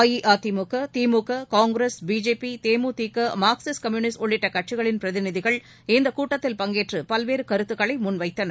அஇஅதிமுக திமுக காங்கிரஸ் பிஜேபி தேமுதிக Marxist Communist உள்ளிட்ட கட்சிகளின் பிரதிநிதிகள் இக்கூட்டத்தில் பங்கேற்று பல்வேறு கருத்துக்களை முன்வைத்தனர்